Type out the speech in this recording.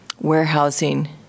warehousing